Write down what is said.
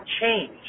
change